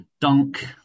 Dunk